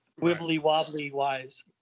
wibbly-wobbly-wise